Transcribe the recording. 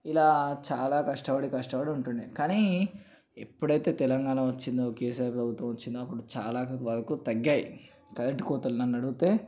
ఇలా చాలా కష్టపడి కష్టపడి ఉంటుండేది కానీ ఎప్పుడైతే తెలంగాణ వచ్చిందో కెసిఆర్ ప్రభుత్వం వచ్చిందో అప్పుడు చాలా వరకు తగ్గాయి కరెంటు కోతలు నన్ను అడిగితే